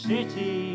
City